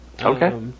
Okay